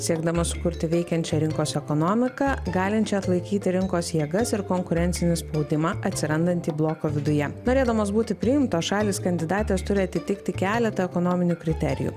siekdama sukurti veikiančią rinkos ekonomiką galinčią atlaikyti rinkos jėgas ir konkurencinį spaudimą atsirandantį bloko viduje norėdamos būti priimtos šalys kandidatės turi atitikti keletą ekonominių kriterijų